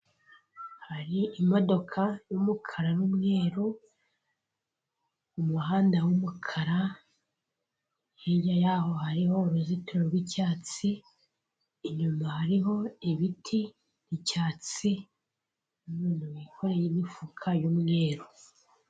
Hari imodoka y'umukara n'umweru mu muhanda w'umukara hirya y'aho hariho uruzitiro rw'icyatsi inyuma hariho ibiti icyatsi umuntu wikoreye imifuka y'umweru.